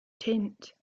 tint